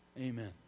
Amen